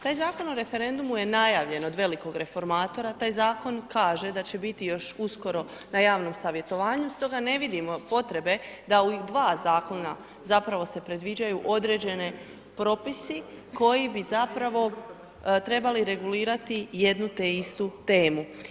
Taj Zakon o referendumu je najavljen od velikog reformatora, taj zakon kaže da će biti još uskoro na javnom savjetovanju, stoga ne vidimo potrebe da u ova dva zakona zapravo se predviđaju određene propisi koji bi zapravo trebali regulirati jednu te istu temu.